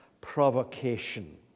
provocation